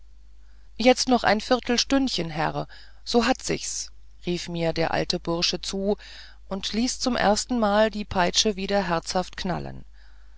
jetzt noch ein viertelstündchen herr so hat sich's rief mir der alte bursche zu und ließ zum erstenmal die peitsche wieder herzhaft knallen